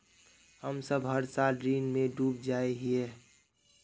हम सब हर साल ऋण में डूब जाए हीये?